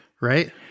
Right